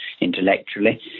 intellectually